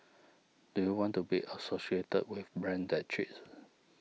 do you want to be associated with brand that cheats